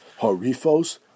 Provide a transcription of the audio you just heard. Harifos